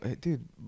Dude